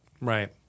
Right